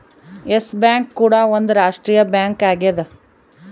S bank ಕೂಡ ಒಂದ್ ರಾಷ್ಟ್ರೀಯ ಬ್ಯಾಂಕ್ ಆಗ್ಯದ